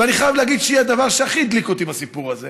ואני חייב להגיד שהיא הדבר שהכי הדליק אותי בסיפור הזה,